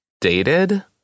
dated